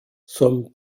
some